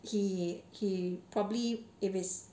he he probably if is